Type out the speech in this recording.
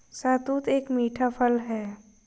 शहतूत एक मीठा फल है